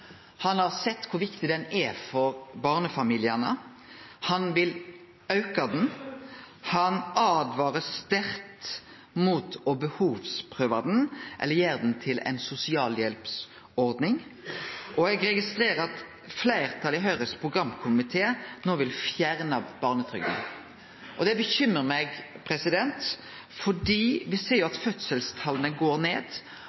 Han har sett kor viktig ho er for barnefamiliane. Han vil auka ho. Han åtvarar sterkt mot å behovsprøve ho eller gjere ho til ei sosialhjelpsordning. Eg registrerer at fleirtalet i Høgres programkomité no vil fjerne barnetrygda. Det bekymrar meg. Me ser at fødselstala går ned,